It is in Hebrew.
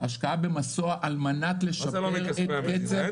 השקעה במסוע על מנת לשפר את קצב --- מה זה לא מכספי המדינה?